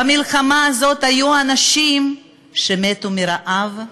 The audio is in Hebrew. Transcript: במלחמה הזאת היו אנשים שמתו מרעב,